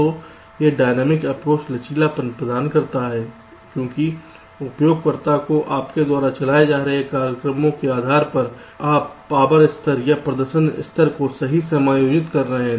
तो यह dynamic approach लचीलापन प्रदान करता है क्योंकि उपयोगकर्ता और आपके द्वारा चलाए जा रहे कार्यक्रमों के आधार पर आप पावर स्तर या प्रदर्शन स्तर को सही समायोजित कर सकते हैं